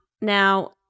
Now